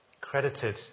credited